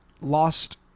lost